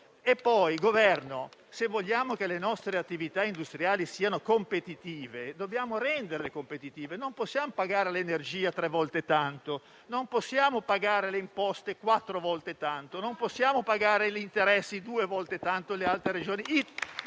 Inoltre, Governo, se vogliamo che le nostre attività industriali siano competitive, dobbiamo renderle tali, non possiamo pagare l'energia tre volte tanto, non possiamo pagare le imposte quattro volte tanto, non possiamo pagare gli interessi due volte tanto rispetto agli